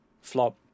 flop